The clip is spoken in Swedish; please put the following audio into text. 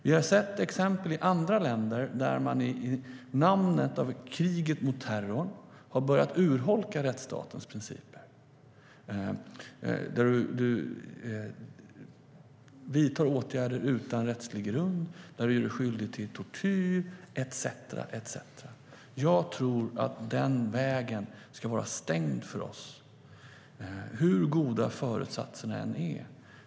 Vi har sett exempel i andra länder där man i namnet av kriget mot terrorn har börjat urholka rättsstatens principer. Man vidtar åtgärder utan rättslig grund. Man gör sig skyldig till tortyr etcetera. Jag tror att den vägen ska vara stängd för oss, hur goda föresatserna än är.